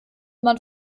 man